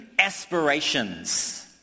aspirations